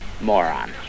Moron